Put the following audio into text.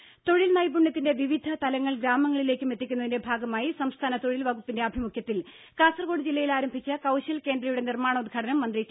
രുര തൊഴിൽ നൈപുണ്യത്തിന്റെ വിവിധ തലങ്ങൾ ഗ്രാമങ്ങളിലേക്കും എത്തിക്കുന്നതിന്റെ ഭാഗമായി സംസ്ഥാന തൊഴിൽ വകുപ്പിന്റെ ആഭിമുഖ്യത്തിൽ കാസർഗോട് ജില്ലയിൽ ആരംഭിച്ച കൌശൽ കേന്ദ്രയുടെ നിർമ്മാണ ഉദ്ഘാടനം മന്ത്രി ടി